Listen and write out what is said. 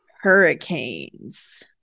hurricanes